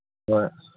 ꯍꯣꯏ